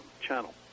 channel